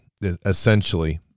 Essentially